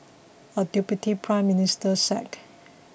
a deputy Prime Minister sacked